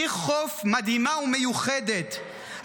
עיר חוף מדהימה ומיוחדת,